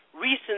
Recent